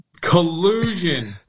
Collusion